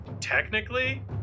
technically